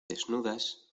desnudas